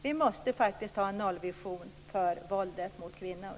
Vi måste ha en nollvision angående våldet mot kvinnor.